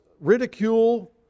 ridicule